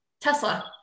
Tesla